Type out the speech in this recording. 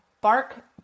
Bark